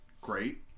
great